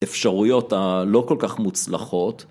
אפשרויות הלא כל כך מוצלחות.